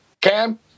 Cam